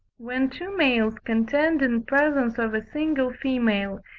when two males contend in presence of a single female,